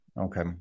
okay